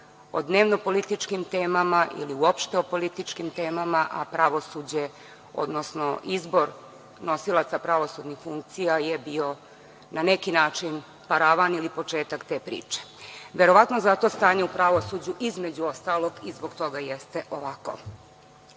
o dnevno-političkim temama ili uopšte o političkim temama, a pravosuđe, odnosno izbor nosilaca pravosudnih funkcija je bio na neki način paravan ili početak te priče. Verovatno zato stanje u pravosuđu, između ostalog, i zbog toga jeste ovako. Što